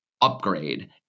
upgrade